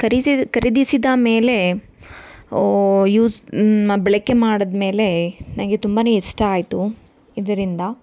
ಖರೀದಿಸಿ ಖರೀದಿಸಿದ ಮೇಲೆ ಓ ಯೂಸ್ ನ ಬಳಕೆ ಮಾಡಿದ ಮೇಲೆ ನನಗೆ ತುಂಬಾ ಇಷ್ಟ ಆಯಿತು ಇದರಿಂದ